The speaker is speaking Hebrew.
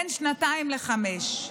בין שנתיים לחמש,